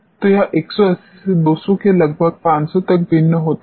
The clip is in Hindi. तो यह 180 से 200 से लगभग 500 तक भिन्न होता है